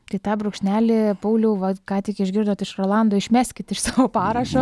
tai tą brūkšnelį pauliau vat ką tik išgirdot iš rolando išmeskit iš savo parašo